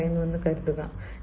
നമ്മൾ പറയുന്നുവെന്ന് കരുതുക